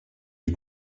die